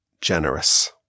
generous